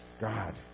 God